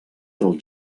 del